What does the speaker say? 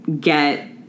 get